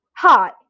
Hi